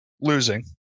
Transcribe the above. losing